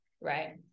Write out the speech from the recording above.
Right